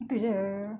itu jer